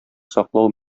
саклау